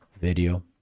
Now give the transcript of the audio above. video